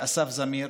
אסף זמיר,